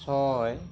ছয়